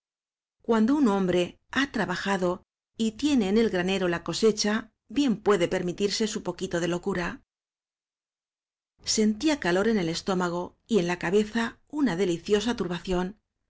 cuando un hombre ha tra bajado y tiene en el granero la cosecha bien puede permitirse su poquito de locura sentía calor en el estómago y en la cabeza una deliciosa turbación